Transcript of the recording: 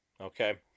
okay